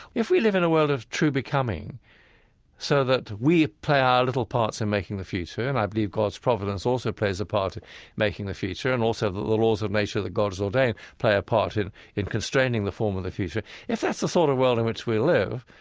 if we live in a world of true becoming so that we play our little parts in making the future and i believe god's providence also plays a part in making the future, and also the laws of nature that god has ordained play a part in in constraining the form of the future if that's the sort of world in which we live,